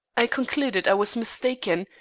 i concluded i was mistaken,